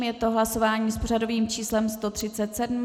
Je to hlasování s pořadovým číslem 137.